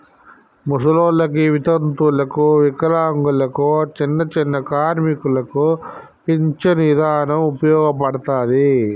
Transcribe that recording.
ముసలోల్లకి, వితంతువులకు, వికలాంగులకు, చిన్నచిన్న కార్మికులకు పించను ఇదానం ఉపయోగపడతది